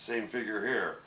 same figure here